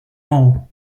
more